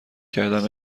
کردم